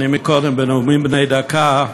קודם, בנאומים בני דקה,